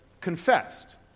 confessed